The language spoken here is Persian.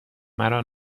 مرا